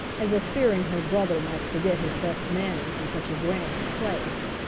as if fearing her brother might forget his best manners in such a grand place.